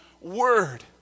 word